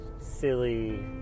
silly